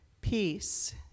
peace